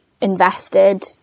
invested